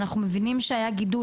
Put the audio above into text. אנחנו מבינים שהיה גידול.